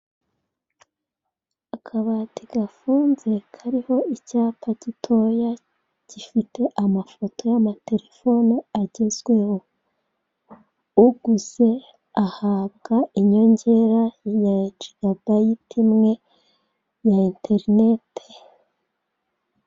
Akabati gafunze, karimo icyapa gitoya, gifite amafoto y'amatelefone agezweho. Uguze ahabwa inyongera ya jigabayiti imwe, na enterinete.